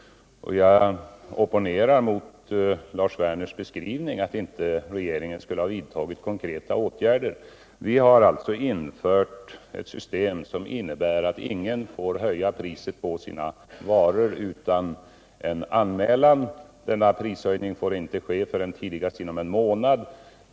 Jag opponerar mig mot Lars Werners beskrivning att regeringen inte skulle ha vidtagit konkreta åtgärder. Vi har infört ett system som innebär att ingen får höja priserna på sina varor utan anmälan. Sådan prishöjning får inte ske förrän tidigast inom en månad.